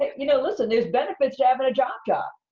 you know, listen. there's benefits to having a job job,